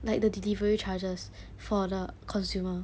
like the delivery charges for the consumer